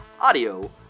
audio